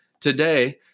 today